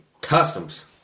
Customs